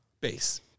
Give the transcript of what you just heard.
base